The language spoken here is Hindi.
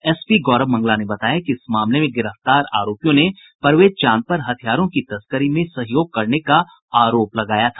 एसपी गौरव मंगला ने बताया कि इस मामले में गिरफ्तार आरोपियों ने परवेज चांद पर हथियारों की तस्करी में सहयोग करने का आरोप लगाया था